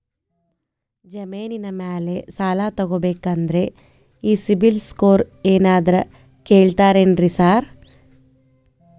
ಜಮೇನಿನ ಮ್ಯಾಲೆ ಸಾಲ ತಗಬೇಕಂದ್ರೆ ಈ ಸಿಬಿಲ್ ಸ್ಕೋರ್ ಏನಾದ್ರ ಕೇಳ್ತಾರ್ ಏನ್ರಿ ಸಾರ್?